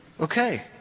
Okay